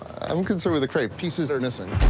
i'm concerned with the crate. pieces are missing.